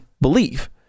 believe